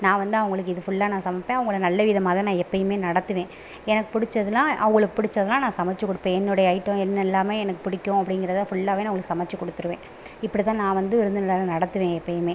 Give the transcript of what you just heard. நான் வந்து அவங்களுக்கு இது ஃபுல்லா நான் சமைப்பேன் அவங்கள நல்லவிதமாக தான் நான் எப்போயுமே நடத்துவேன் எனக்கு பிடிச்சதுலாம் அவ்வோளுக்கு பிடிச்சதுலாம் நான் சமச்சு கொடுப்பேன் என்னோடைய ஐட்டம் என்ன எல்லாமே எனக்குப் பிடிக்கும் அப்படிங்கிறத ஃபுல்லாவே நான் அவங்களுக்கு சமச்சு கொடுத்துருவேன் இப்படி தான் நான் வந்து விருந்தினர்கள நடத்துவேன் எப்போயுமே